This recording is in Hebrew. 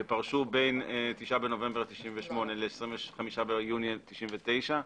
ופרשו בין 9 בנובמבר 1998 ל-25 ביוני 1999,